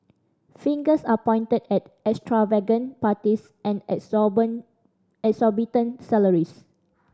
fingers are pointed at extravagant parties and exorbitant salaries